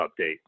update